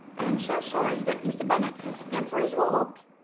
i am so sorry that mr. bennet has gone for his walk.